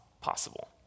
possible